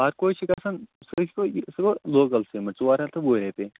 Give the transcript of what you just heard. آرکو چھِ گژھان سیفکَو سُہ گوٚو لوکَل سیٖمنٹ ژور ہَتھ تہٕ وُہ رۄپیہِ